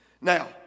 Now